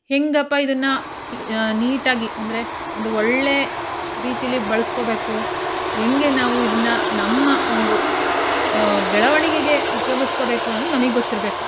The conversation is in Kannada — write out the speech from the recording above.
ಹೇಗಪ್ಪಾ ಇದನ್ನ ಕ್ಲಿ ನೀಟಾಗಿ ಅಂದರೆ ಒಂದು ಒಳ್ಳೆ ರೀತಿಲಿ ಬಳಸ್ಕೊಳ್ಬೇಕು ಹೆಂಗೆ ನಾವು ಇದನ್ನು ನಮ್ಮ ಒಂದು ಬೆಳವಣಿಗೆಗೆ ಉಪಯೋಗಿಸ್ಕೊಳ್ಬೇಕು ಅನ್ನೋದು ನಮಗೆ ಗೊತ್ತಿರಬೇಕು